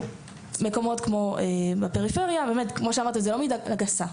כמו שאמרת, זו לא מילה גסה.